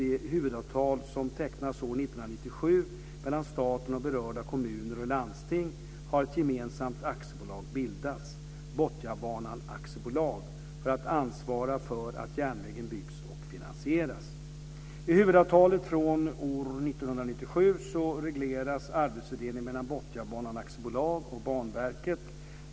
I huvudavtalet från år 1997 regleras arbetsfördelningen mellan Botniabanan AB och Banverket.